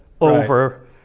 over